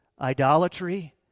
idolatry